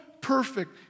perfect